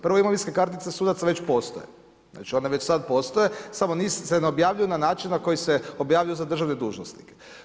Prvom imovinske kartice sudaca već postoje, znači one već sad postoje samo njih se ne objavljuje na način na koji se objavljuje za državne dužnosnike.